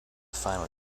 final